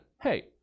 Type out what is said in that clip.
hey